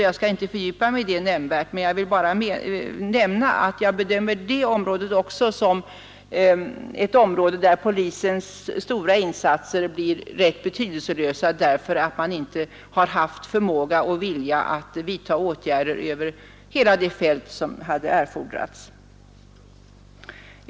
Jag skall inte fördjupa mig i detta ämne men vill nämna att polisens stora insatser blir rätt betydelselösa, därför att man inte har haft förmågan och viljan att vidta åtgärder över hela fältet.